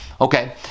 Okay